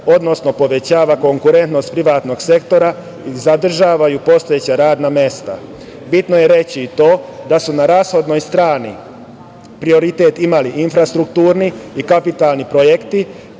odnosno povećava konkurentnost privatnog sektora, zadržavaju postojeća radna mesta. Bitno je reći i to, da su na rashodnoj strani prioritet imali infrastrukturni i kapitalni projekti,